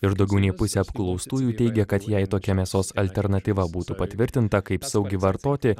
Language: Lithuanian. ir daugiau nei pusė apklaustųjų teigia kad jai tokia mėsos alternatyva būtų patvirtinta kaip saugi vartoti